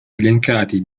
elencati